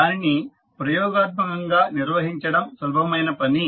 దానిని ప్రయోగాత్మకంగా నిర్వహించడం సులభమైన పని